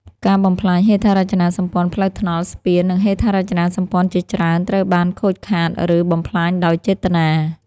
ការបំផ្លាញហេដ្ឋារចនាសម្ព័ន្ធផ្លូវថ្នល់ ស្ពាន និងហេដ្ឋារចនាសម្ព័ន្ធជាច្រើនត្រូវបានខូចខាត ឬបំផ្លាញដោយចេតនា។